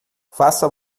faça